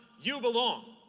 you belong.